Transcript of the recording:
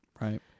Right